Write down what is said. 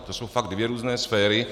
To jsou fakt dvě různé sféry.